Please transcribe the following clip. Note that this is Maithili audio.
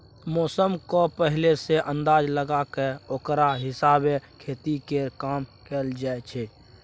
मौसमक पहिने सँ अंदाज लगा कय ओकरा हिसाबे खेती केर काम कएल जाइ छै